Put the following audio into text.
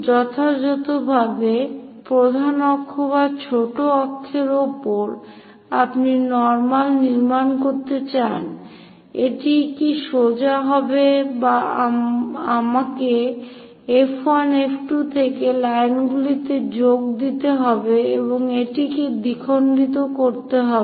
যথাযথভাবে প্রধান অক্ষ বা ছোট অক্ষের উপর আপনি নর্মাল নির্মাণ করতে চান এটি কি সোজা হবে বা আমাকে F1 F2 থেকে লাইনগুলিতে যোগ দিতে হবে এবং এটিকে দ্বিখণ্ডিত করতে হবে